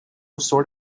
sort